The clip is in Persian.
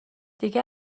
دیگه